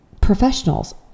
professionals